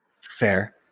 Fair